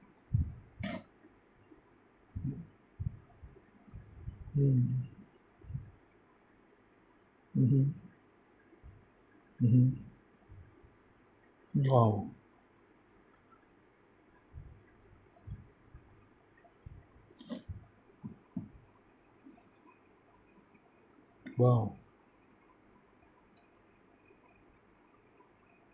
mm mmhmm mmhmm !wow! !wow!